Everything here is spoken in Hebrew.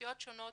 מאוכלוסיות שונות